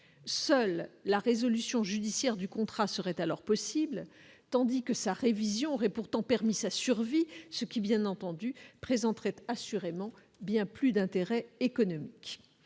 seule la résolution judiciaire du contrat serait alors possible, tandis que sa révision aurait pourtant permis sa survie, ce qui bien entendu présenterait assurément bien plus d'intérêt économique,